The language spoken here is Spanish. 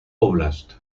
óblast